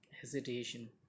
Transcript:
hesitation